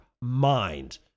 mind